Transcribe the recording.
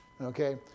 Okay